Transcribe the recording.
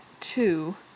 two